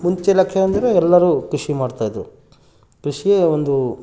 ಮುಂಚೆಯೆಲ್ಲ ಯಾಕೆ ಅಂದರೆ ಎಲ್ಲರು ಕೃಷಿ ಮಾಡ್ತಾಯಿದ್ದರು ಕೃಷಿಯೇ ಒಂದು